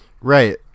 Right